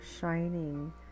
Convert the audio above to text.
shining